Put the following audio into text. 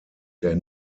der